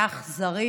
היה אכזרי